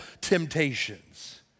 temptations